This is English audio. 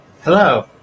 hello